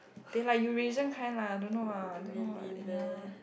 they like Eurasian kind lah don't know ah don't know ah ya